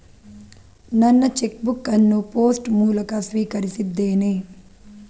ನನ್ನ cheque book ಅನ್ನು post ಮೂಲಕ ಸ್ವೀಕರಿಸಿದ್ದೇನೆ